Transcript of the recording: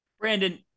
Brandon